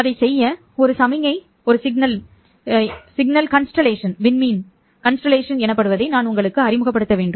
அதைச் செய்ய ஒரு சமிக்ஞை விண்மீன் எனப்படுவதை நான் உங்களுக்கு அறிமுகப்படுத்த வேண்டும்